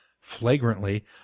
flagrantly